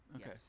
Okay